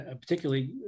particularly